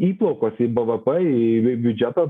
įplaukos į bevepė į biudžetą